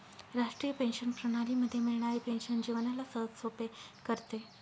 राष्ट्रीय पेंशन प्रणाली मध्ये मिळणारी पेन्शन जीवनाला सहजसोपे करते